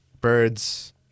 birds